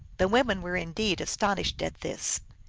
the women were indeed astonished at this.